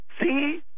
See